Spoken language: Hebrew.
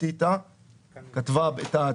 בסדר.